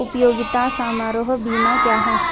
उपयोगिता समारोह बीमा क्या है?